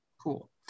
Cool